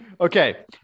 Okay